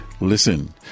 Listen